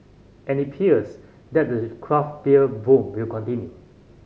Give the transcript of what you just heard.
and it appears that the craft beer boom will continue